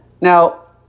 Now